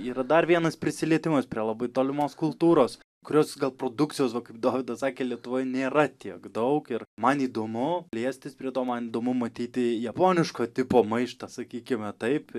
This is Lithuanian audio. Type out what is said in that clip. yra dar vienas prisilietimas prie labai tolimos kultūros kurios gal produkcijos va kaip dovydas sakė lietuvoj nėra tiek daug ir man įdomu liestis prie to man įdomu matyti japoniško tipo maištą sakykime taip